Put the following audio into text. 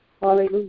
Hallelujah